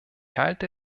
halte